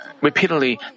repeatedly